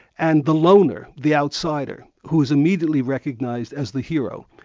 and the loner, the outsider, who is immediately recognised as the hero.